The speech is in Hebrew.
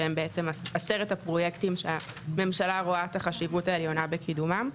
שזהם בעצם עשרת הפרויקטים שהממשלה רואה את החשיבות העליונה בקידומם.